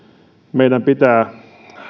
meidän pitää